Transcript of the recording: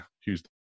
huge